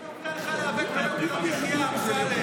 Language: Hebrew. מי מפריע לך להיאבק ביוקר המחיה, אמסלם?